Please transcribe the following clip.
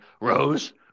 rose